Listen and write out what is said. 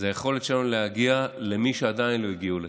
וזה היכולת שלנו להגיע למי שעדיין לא הגיעו לשם.